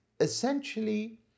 essentially